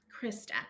Krista